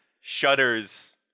shudders